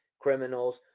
criminals